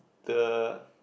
the